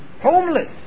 Homeless